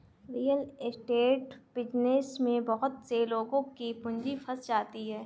real estate business में बहुत से लोगों की पूंजी फंस जाती है